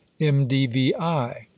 mdvi